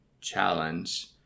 challenge